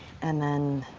and then,